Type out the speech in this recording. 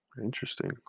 Interesting